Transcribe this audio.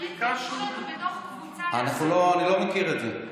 יאשרו לנו בתוך קבוצה, אני לא מכיר את זה.